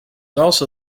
also